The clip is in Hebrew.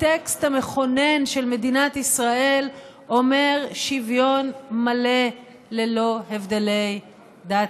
הטקסט המכונן של מדינת ישראל אומר: שוויון מלא ללא הבדלי דת,